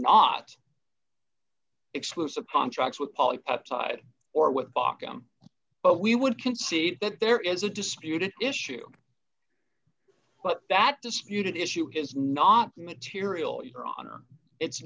not exclusive contracts with upside or with bochum but we would concede that there is a disputed issue well that disputed issue is not material your honor it's